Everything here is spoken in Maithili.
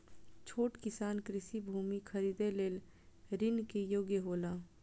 छोट किसान कृषि भूमि खरीदे लेल ऋण के योग्य हौला?